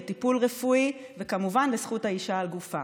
לטיפול רפואי וכמובן לזכות האישה על גופה.